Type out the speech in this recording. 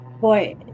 boy